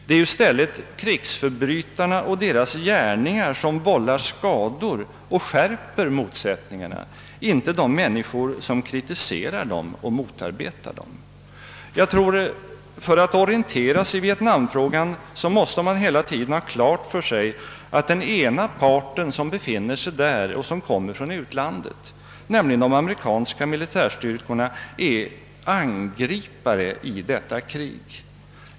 Det är krigsförbrytarna och deras gärningar som vållar skador och skärper motsättningarna, inte de människor som kritiserar och motarbetar krigsförbrytarna. Jag tror att man för att kunna orien tera sig i vietnamfrågan hela tiden måste ha klart för sig att den ena parten i Vietnam, nämligen de amerikanska militärstyrkorna, kommer från utlandet och är angripare i detta krig.